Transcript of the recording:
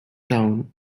towns